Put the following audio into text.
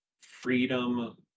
freedom